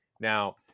now